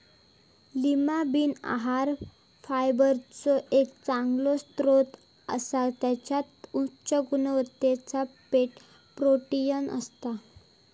Lima bean आहार फायबरचो एक चांगलो स्त्रोत असा त्याच्यात उच्च गुणवत्तेचा प्रोटीन असता